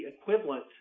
equivalent